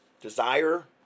desire